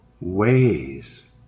ways